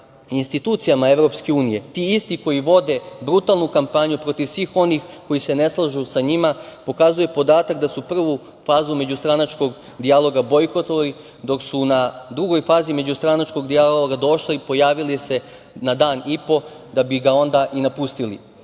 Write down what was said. institucijama Evropske unije ti isti koji vode brutalnu kampanju protiv svih onih koji se ne slažu sa njima pokazuje podatak da su prvu fazu međustranačkog dijaloga bojkotovali, dok su na drugoj fazi međustranačkog dijaloga došli i pojavili se na dan i po, da bi ga onda i napustili. Kakav